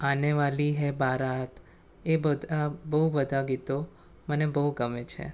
આને વાલી હે બારાત એ બધ બહુ બધાં ગીતો મને બહુ ગમે છે